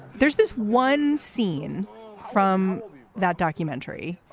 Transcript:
there's this one scene from that documentary